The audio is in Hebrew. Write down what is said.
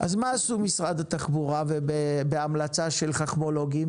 מה עשו משרד התחבורה בהמלצה של חכמולוגים?